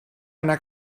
anar